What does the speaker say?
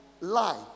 life